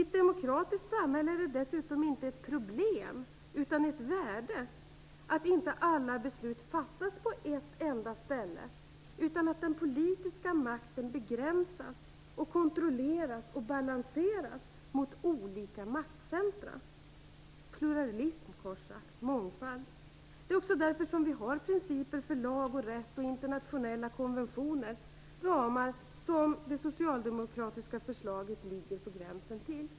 I ett demokratiskt samhälle är det dessutom inte ett problem, utan det ligger ett värde i att alla beslut inte fattas på ett enda ställe och att den politiska makten begränsas, kontrolleras och balanseras mot olika maktcentrum. Det är pluralism, kort sagt - mångfald. Det är också därför som vi har principer för lag och rätt och internationella konventioner - ramar som det socialdemokratiska förslaget ligger på gränsen till.